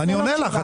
אני עונה לך.